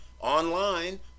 online